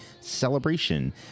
Celebration